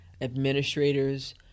administrators